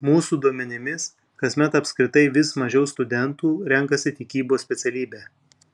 mūsų duomenimis kasmet apskritai vis mažiau studentų renkasi tikybos specialybę